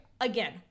Again